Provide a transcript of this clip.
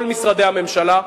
כל משרדי הממשלה,